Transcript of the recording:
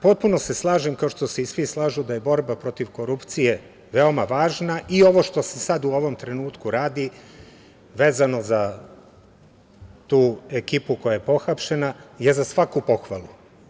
Potpuno se slažem, kao što se i svi slažu da je borba protiv korupcije veoma važna i ovo što se sada u ovom trenutku radi, vezano za tu ekipu koja je pohapšena je za svaku pohvalu.